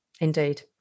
Indeed